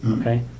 Okay